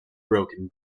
broken